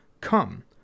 Come